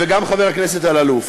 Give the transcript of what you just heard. גם השר וגם חבר הכנסת אלאלוף.